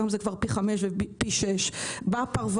היום זה פי חמישה ופי שישה בפרברים.